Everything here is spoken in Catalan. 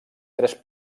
tres